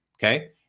Okay